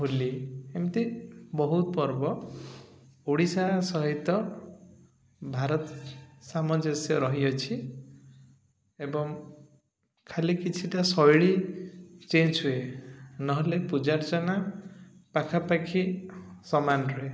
ହୋଲି ଏମିତି ବହୁତ ପର୍ବ ଓଡ଼ିଶା ସହିତ ଭାରତ ସାମଞ୍ଜସ୍ୟ ରହିଅଛି ଏବଂ ଖାଲି କିଛିଟା ଶୈଳୀ ଚେଞ୍ଜ ହୁଏ ନହେଲେ ପୂଜାର୍ଚ୍ଚନା ପାଖାପାଖି ସମାନ ରୁହେ